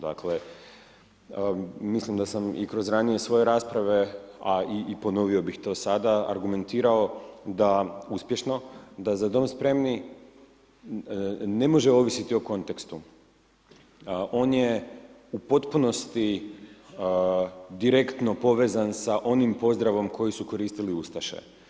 Dakle, mislim da sam i kroz ranije svoje rasprave, a i ponovio bih to sada, argumentirao da uspješno, da „Za dom spremni“ ne može ovisiti o kontekstu, on je u potpunosti direktno povezan sa onim pozdravom koji su koristili ustaše.